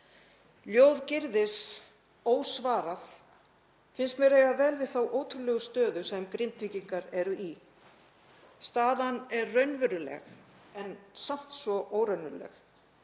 Ljóð Gyrðis Ósvarað finnst mér eiga vel við þá ótrúlegu stöðu sem Grindvíkingar eru í. Staðan er raunveruleg en samt svo óraunveruleg.